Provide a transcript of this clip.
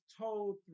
told